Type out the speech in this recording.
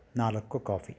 ನಾಲ್ಕು ಕಾಫಿ